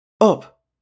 Up